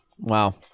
Wow